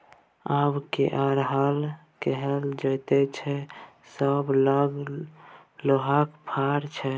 आब के हर लकए जोतैय छै सभ लग लोहाक फार छै